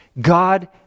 God